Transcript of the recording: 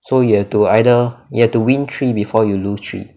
so you have to either you have to win three before you lose three